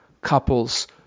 couples